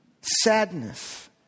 sadness